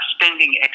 spending